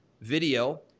video